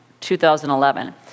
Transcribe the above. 2011